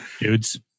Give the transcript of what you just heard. Dudes